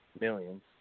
millions